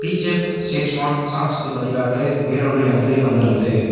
Bechef Schezwan சாஸுக்குப் பதிலாக வேறொன்று எனக்கு வந்துள்ளது